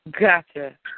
Gotcha